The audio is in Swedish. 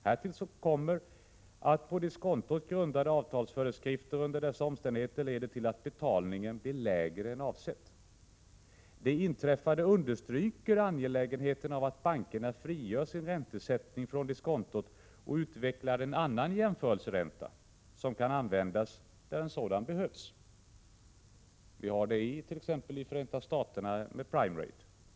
Härtill kommer att på diskontot grundade avtalsföreskrifter under dessa omständigheter leder till att betalningen blir lägre än avsett. Det inträffade understryker hur angeläget det är att bankerna frigör sin räntesättning från diskontot och utvecklar en annan jämförelseränta, som kan användas där en sådan behövs. Vi har dett.ex. i Förenta Staterna — prime rate.